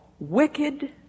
Wicked